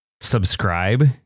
subscribe